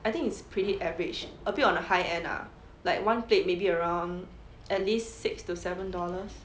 I think it's pretty average a bit on a high end lah like one plate maybe around at least six to seven dollars